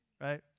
right